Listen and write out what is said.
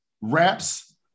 wraps